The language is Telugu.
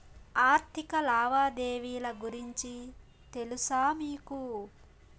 ఆర్థిక లావాదేవీల గురించి తెలుసా మీకు